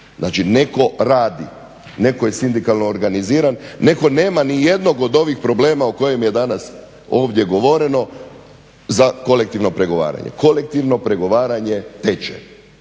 Znači neko radi, neko je sindikalno organiziran, neko nema ni jednog od ovih problema o kojima je ovdje govoreno, za kolektivno pregovaranje. Kolektivno pregovaranje teče,